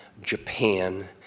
Japan